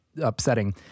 upsetting